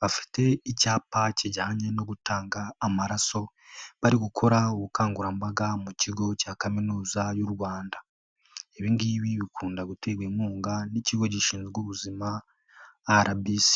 Bafite icyapa kijyanye no gutanga amaraso, bari gukora ubukangurambaga mu kigo cya kaminuza y'u Rwanda. Ibingibi bikunda guterwa inkunga n'ikigo gishinzwe ubuzima RBC.